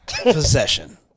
Possession